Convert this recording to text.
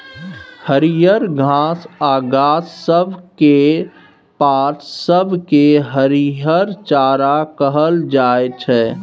हरियर घास आ गाछ सब केर पात सब केँ हरिहर चारा कहल जाइ छै